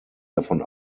davon